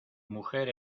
mujer